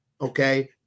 okay